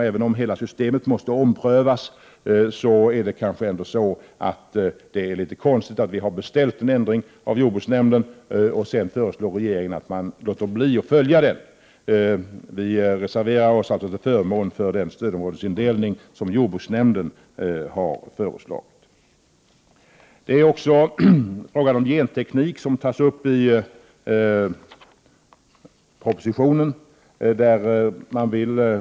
Även om hela systemet måste omprövas är det ändå litet konstigt, när vi har beställt en ändring av jordbruksnämnden, att regeringen föreslår att man låter bli att följa jordbruksnämndens förslag. Vi reserverar oss alltså till förmån för den stödområdesindelning som jordbruksnämnden har föreslagit. I betänkandet behandlas också frågan om genteknik, som tas upp i propositionen.